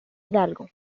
hidalgo